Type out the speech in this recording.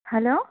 hello